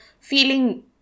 Feeling